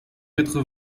quatre